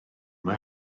yma